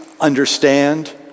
understand